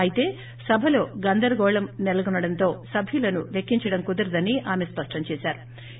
అయితే సభలో గందరగోళం సెలకొనడంతో సభ్యులను లొక్కించడం కుదరదని ఆమె స్పష్టం చేశారు